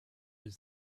his